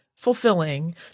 fulfilling